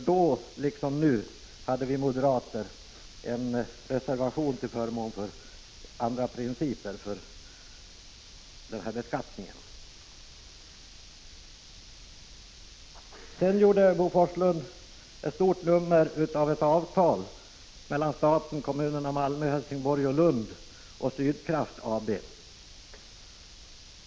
Då, liksom nu, har vi moderater reserverat oss till förmån för andra principer beträffande beskattningen på detta område. Vidare gjorde Bo Forslund ett stort nummer av ett avtal som träffats mellan staten, några kommuner — Malmö, Helsingborg och Lund — och Sydkraft AB.